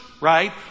Right